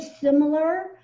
similar